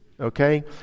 okay